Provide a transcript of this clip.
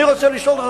אני רוצה לשאול אותך,